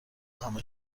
همه